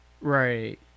right